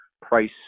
price